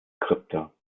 krypta